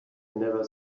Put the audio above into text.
never